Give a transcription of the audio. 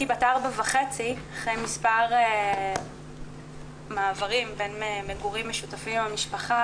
בת 4.5 אחרי מספר מעברים בין מגורים משותפים עם המשפחה,